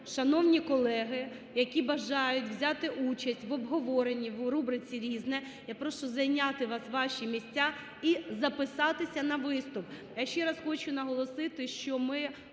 Шановні колеги, які бажають взяти участь в обговоренні у рубриці "Різне", я прошу зайняти вас ваші місця і записатися на виступ.